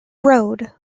road